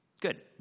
Good